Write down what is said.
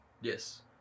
Yes